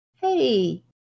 Hey